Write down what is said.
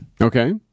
Okay